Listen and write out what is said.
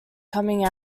coming